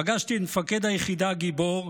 פגשתי את מפקד היחידה הגיבור,